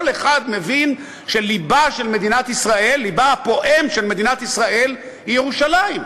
כל אחד מבין שלבה הפועם של מדינת ישראל הוא ירושלים,